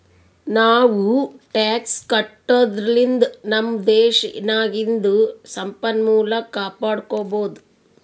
ನಾವೂ ಟ್ಯಾಕ್ಸ್ ಕಟ್ಟದುರ್ಲಿಂದ್ ನಮ್ ದೇಶ್ ನಾಗಿಂದು ಸಂಪನ್ಮೂಲ ಕಾಪಡ್ಕೊಬೋದ್